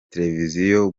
televiziyo